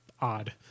odd